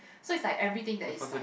so like is everything that is like